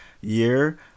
year